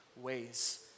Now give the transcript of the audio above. ways